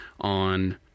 on